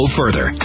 further